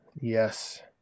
yes